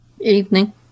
Evening